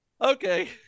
Okay